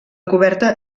coberta